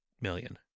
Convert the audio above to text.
million